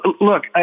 look